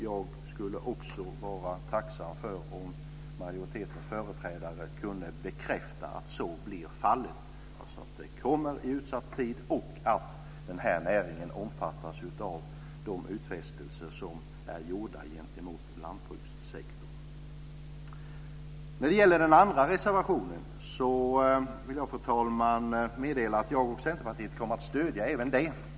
Jag skulle också vara tacksam om majoritetens företrädare kunde bekräfta att så blir fallet, alltså att det kommer i utsatt tid och att den här näringen omfattas av de utfästelser som är gjorda gentemot lantbrukssektorn. Sedan gäller det den andra reservationen. Jag vill meddela, fru talman, att jag och Centerpartiet kommer att stödja även denna.